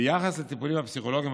ביחס לטיפולים הפסיכולוגיים,